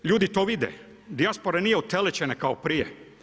Ljudi to vide, dijaspora nije otelečena kao prije.